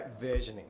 versioning